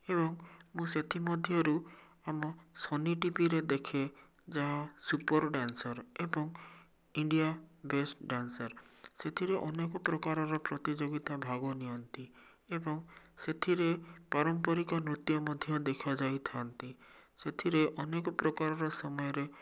ଏବଂ ମୁଁ ସେଥି ମଧ୍ୟରୁ ଆମ ସୋନି ଟିଭିରେ ଦେଖେ ଯାହା ସୁପର୍ ଡ୍ୟାନ୍ସର୍ ଏବଂ ଇଣ୍ଡିଆ ବେଷ୍ଟ୍ ଡ୍ୟାନ୍ସର୍ ସେଥିରେ ଅନେକପ୍ରକାରର ପ୍ରତିଯୋଗିତା ଭାଗ ନିଅନ୍ତି ଏବଂ ସେଥିରେ ପାରମ୍ପାରିକ ନୃତ୍ୟ ମଧ୍ୟ ଦେଖାଯାଇଥାନ୍ତି ସେଥିରେ ଅନେକପ୍ରକାରର ସମୟରେ